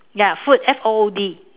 ya food F O O D